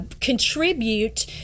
contribute